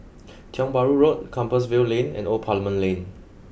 Tiong Bahru Road Compassvale Lane and Old Parliament Lane